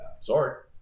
sorry